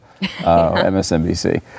MSNBC